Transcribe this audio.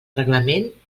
reglament